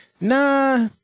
nah